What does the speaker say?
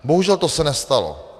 Bohužel to se nestalo.